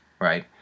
right